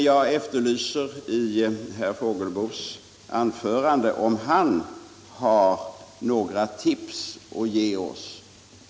Jag efterlyser emellertid om herr Fågelsbo har några tips att ge oss.